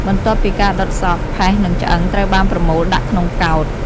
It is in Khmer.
បន្ទាប់ពីការដុតសព ផេះនិងឆ្អឹងត្រូវបានប្រមូលដាក់ក្នុងកោដ្ឋ។